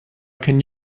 can